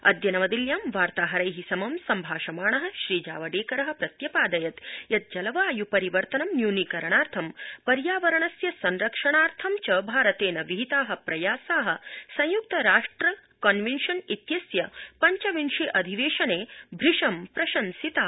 अद्य नवदिल्यां वार्ताहरै समं सम्भाषमाण जावडेकर प्रत्यपादयद् यत् जलवाय्परिवर्तनं न्यूनीकरणार्थ पर्यावरणस्य संरक्षार्थ च भारतेन विहिता प्रयासा संयुक्त राष्ट्र कन्वेंशन इत्यस्य पञ्चविंशे अधिवेशने भृशं प्रशंसिता